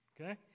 okay